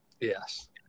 Yes